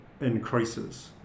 increases